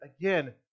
again